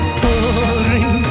pouring